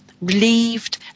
relieved